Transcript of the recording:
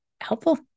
helpful